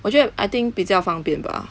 我觉得 I think 比较方便 bah